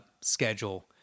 schedule